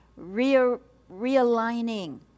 realigning